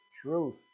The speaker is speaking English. truth